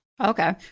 Okay